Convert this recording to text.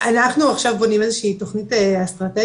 אנחנו עכשיו בונים איזה שהיא תכנית אסטרטגית